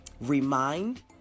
remind